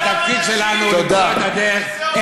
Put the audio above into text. והתפקיד שלנו למצוא את הדרך, תודה.